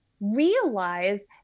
realize